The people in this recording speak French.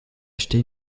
acheté